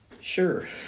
Sure